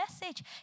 message